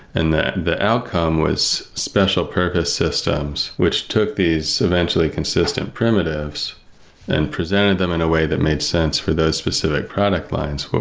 and the the outcome was special purpose systems, which took these eventually consistent primitives and presented them in a way that made sense for those specific product lines,